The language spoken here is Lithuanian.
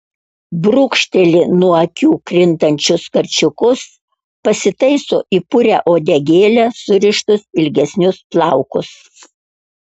brūkšteli nuo akių krintančius karčiukus pasitaiso į purią uodegėlę surištus ilgesnius plaukus